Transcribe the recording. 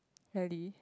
really